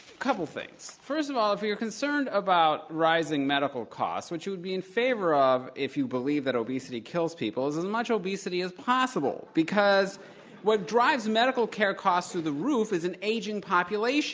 couple things. first of all, if you're concerned about rising medical costs, which you would be in favor of if you believe that obesity kills people, then and much obesity is possible because what drives medical care costs through the roof is an aging population,